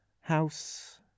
House